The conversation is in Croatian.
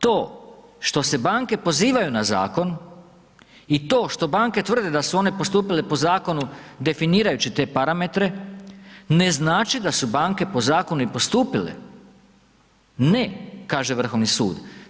To što se banke pozivaju na zakon i to što banke tvrde da su one postupile po zakonu definirajući te parametre ne znači da su banke po zakonu i postupile, ne kaže Vrhovni sud.